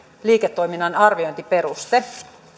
liiketoiminnan arviointiperuste